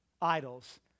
idols